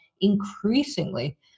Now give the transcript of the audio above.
increasingly